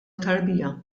tarbija